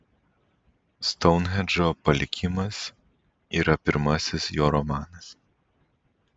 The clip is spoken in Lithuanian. stounhendžo palikimas yra pirmasis jo romanas